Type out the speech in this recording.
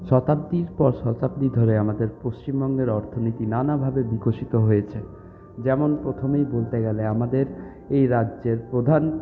শতাব্দীর পর শতাব্দী ধরে আমাদের পশ্চিমবঙ্গের অর্থনীতি নানাভাবে বিকশিত হয়েছে যেমন প্রথমেই বলতে গেলে আমাদের এই রাজ্যের প্রধান